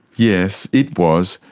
yes. it was,